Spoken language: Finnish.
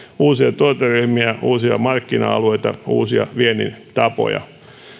uusia tuoteryhmiä uusia markkina alueita uusia viennin tapoja